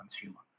consumer